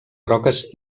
roques